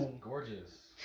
gorgeous